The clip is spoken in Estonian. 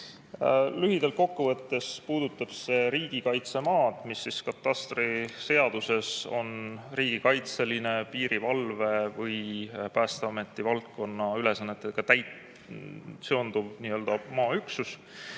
Lühidalt kokku võttes puudutab see riigikaitsemaad, mis katastriseaduses on riigikaitseline, piirivalve või päästeameti valdkonna ülesannetega seonduv maaüksus.